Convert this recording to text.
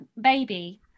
baby